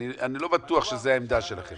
אני לא בטוח שזו העמדה שלכם.